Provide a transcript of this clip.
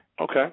Okay